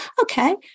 Okay